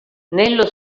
nello